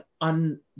on